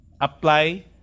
apply